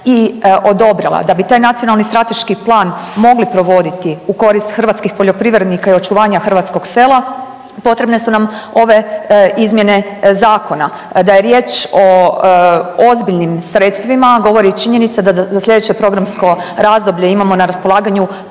i odobrila. Da bi taj nacionalni strateški plan mogli provoditi u korist hrvatskih poljoprivrednika i očuvanja hrvatskog sela potrebne su nam ove izmjene zakona. Da je riječ o ozbiljnim sredstvima govori činjenica da za slijedeće programsko razdoblje imamo na raspolaganju